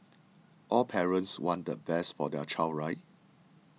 all parents want the best for their child right